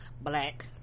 black